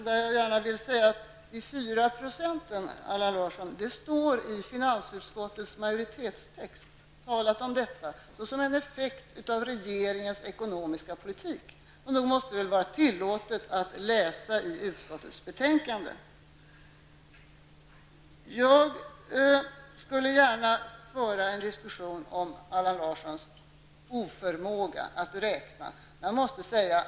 Jag vill gärna säga att de fyra procenten står det talat om i finansutskottets majoritetstext, såsom en effekt av regeringens ekonomiska politik. Nog måste det vara tillåtet att läsa i utskottets betänkande. Jag skulle gärna föra en diskussion om Allan Larssons oförmåga att räkna.